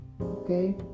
okay